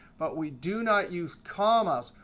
but we do not use commas.